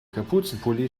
kapuzenpulli